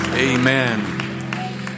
Amen